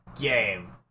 Game